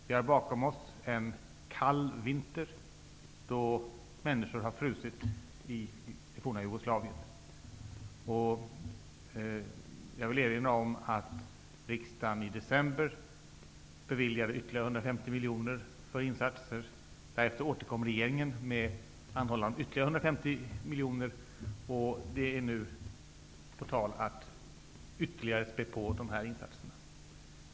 Vi har bakom oss en kall vinter då människor har frusit i det forna Jugoslavien. Jag vill erinra om att riksdagen i december beviljade ytterligare 150 miljoner för insatser. Därefter återkom regeringen med anhållan om ytterligare 150 miljoner, och det är nu på tal att ytterligare spä på dessa insatser.